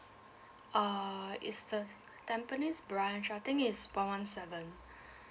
err it's the tampines branch I think it's one one seven